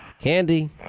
Candy